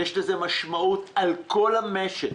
יש לזה משמעות על כל המשק,